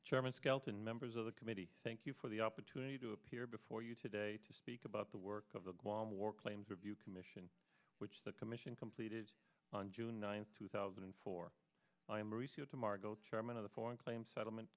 chairman skelton members of the committee thank you for the opportunity to appear before you today to speak about the work of the guam war claims of you commission which the commission completed on june ninth two thousand and four i am are easier to margot chairman of the foreign claims settlement